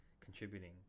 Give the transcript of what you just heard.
contributing